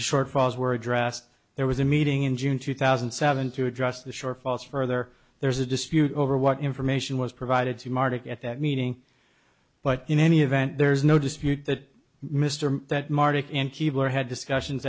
shortfalls were addressed there was a meeting in june two thousand and seven to address the shortfalls further there's a dispute over what information was provided to marduk at that meeting but in any event there's no dispute that mr that martic and keebler had discussions